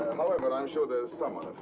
however, i'm sure there's someone